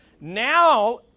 now